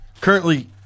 Currently